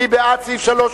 מי בעד סעיף 3,